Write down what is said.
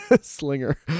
slinger